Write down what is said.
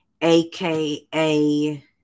AKA